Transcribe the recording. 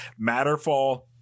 matterfall